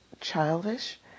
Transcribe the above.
childish